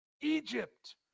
Egypt